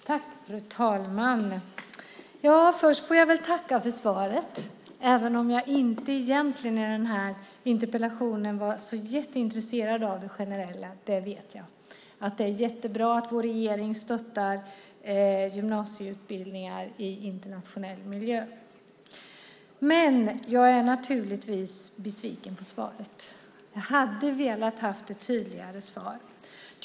Fru talman! Först får jag väl tacka för svaret även om jag egentligen inte var så jätteintresserad av det generella. Det vet jag. Det är jättebra att vår regering stöttar gymnasieutbildningar i internationell miljö. Jag är naturligtvis besviken på svaret. Jag hade velat ha ett tydligare svar.